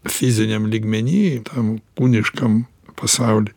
fiziniam lygmeny tam kūniškam pasauly